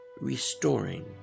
restoring